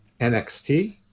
nxt